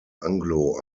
anglo